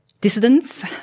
dissidents